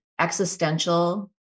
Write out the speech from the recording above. existential